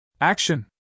Action